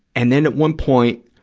and then, at one point,